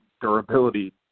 durability